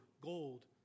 gold